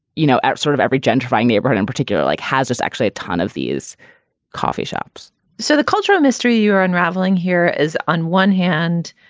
you know, at sort of every gentrifying neighborhood in particular, like has this actually a ton of these coffee shops so the cultural mystery you're unraveling here is on one hand.